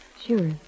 Sure